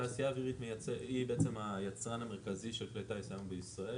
תעשייה אווירית היא בעצם היצרן המרכזי של כלי טייס היום בישראל.